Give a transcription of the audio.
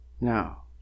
Now